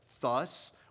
thus